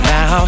Now